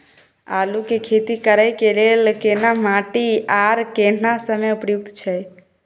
आलू के खेती करय के लेल केना माटी आर केना समय उपयुक्त छैय?